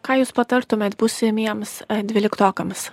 ką jūs patartumėt būsimiems dvyliktokams